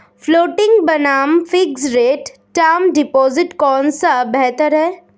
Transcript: Floating बनाम fixed rate term deposit कौन सा बेहतर है?